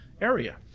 area